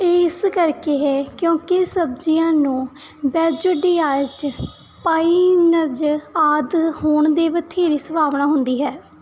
ਇਹ ਇਸ ਕਰਕੇ ਹੈ ਕਿਉਂਕਿ ਸਬਜ਼ੀਆਂ ਨੂੰ ਬੈਂਜੋਡਿਆਜ਼ਡਪਾਈਨਜ਼ ਆਦਿ ਹੋਣ ਦੀ ਬਥੇਰੀ ਸੰਭਾਵਨਾ ਹੁੰਦੀ ਹੈ